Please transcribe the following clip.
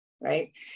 right